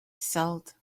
salt